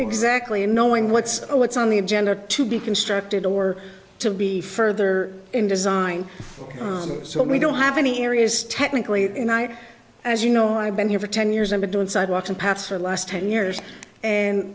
exactly in knowing what's what's on the agenda to be constructed or to be further in design or we don't have any areas technically as you know i've been here for ten years i've been doing sidewalks and paths for last ten years and